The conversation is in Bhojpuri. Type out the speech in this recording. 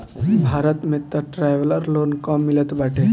भारत में तअ ट्रैवलर लोन कम मिलत बाटे